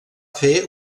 fer